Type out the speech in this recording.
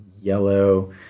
yellow